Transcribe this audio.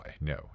no